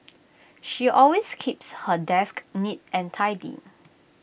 she always keeps her desk neat and tidy